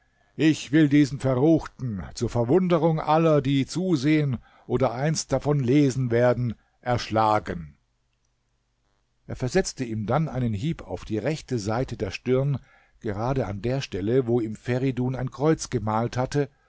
ich will diesen verruchten zur verwunderung aller die zusehen oder einst davon lesen werden erschlagen er versetzte ihm dann einen hieb auf die rechte seite der stirn gerade an der stelle wo ihm feridun ein kreuz gemalt hatte